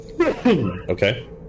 Okay